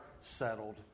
settled